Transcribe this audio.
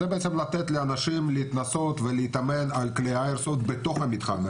זה בעצם לתת לאנשים להתנסות ולהתאמן על כלי האיירסופט בתוך המתחם.